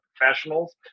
professionals